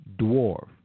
Dwarf